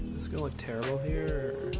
let's go look terrible here